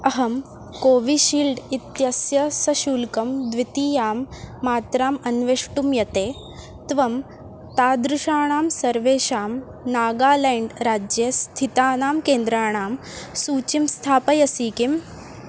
अहं कोविशील्ड् इत्यस्य सशुल्कं द्वितीयां मात्राम् अन्वेष्टुं यते त्वं तादृशाणां सर्वेषां नागालेण्ड् राज्ये स्थितानां केन्द्राणां सूचीं स्थापयसि किम्